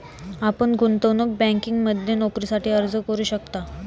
आपण गुंतवणूक बँकिंगमध्ये नोकरीसाठी अर्ज करू शकता